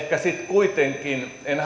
kuitenkin en